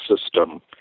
system